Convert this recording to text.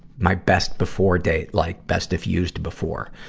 my best before date, like best if used before.